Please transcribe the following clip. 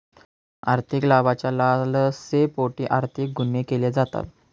आर्थिक लाभाच्या लालसेपोटी आर्थिक गुन्हे केले जातात